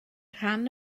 rhan